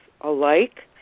alike